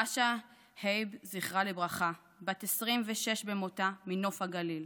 רשא הייב, זכרה לברכה, בת 26 במותה, מנוף הגליל,